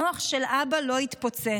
המוח של אבא לא התפוצץ,